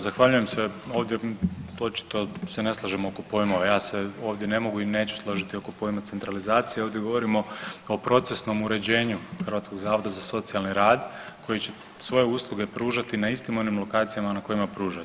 Zahvaljujem se, ovdje očito se ne slažemo oko pojmova, ja se ovdje ne mogu i neću složiti oko pojma centralizacija, ovdje govorimo kao procesnom uređenju Hrvatskog zavoda za socijalni rad koji će svoje usluge pružati na istim onim lokacijama na kojima pruža.